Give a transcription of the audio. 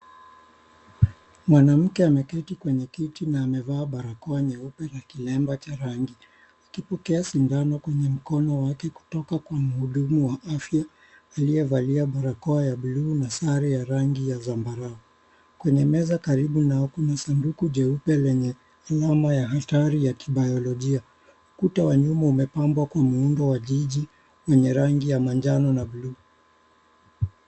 Mwanamke ameketi kwenye kiti na amevaa barakoa nyeupe na kilemba cha rangi, akipokea sindano kwenye mkono wake kutoka kwa mhudumu wa afya aliyevalia barakoa ya blue na sare ya rangi ya zambarao. Kwenye meza karibu nao kuna sanduku jeupe lenye mnyamo ya hatari ya kibayolojia. Kuta wa nyuma umepambwa kwa muundo wa jiji lenye rangi ya manjano na blue .